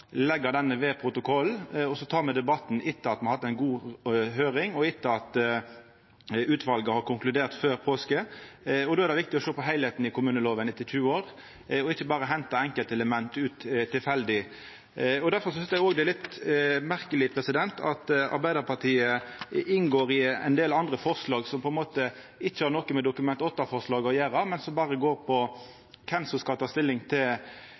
ved protokollen, og så tek me debatten etter at me har hatt ei god høyring, og etter at utvalet har konkludert, før påske. Då er det viktig å sjå på heilskapen i kommunelova, etter 20 år, og ikkje berre henta enkeltelement ut tilfeldig. Difor synest eg òg det er litt merkeleg at Arbeidarpartiet inngår i ein del andre forslag som på ein måte ikkje har noko med Dokument 8-forslaget å gjera, men som berre går ut på kven som skal ta stilling til